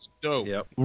dope